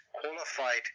qualified